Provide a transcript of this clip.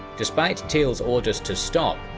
despite tilly's orders to stop,